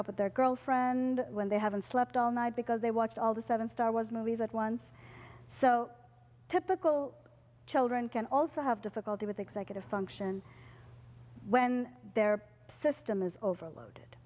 up with their girlfriend when they haven't slept all night because they watched all the seven star was movies at once so typical children can also have difficulty with executive function when their system is overload